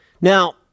Now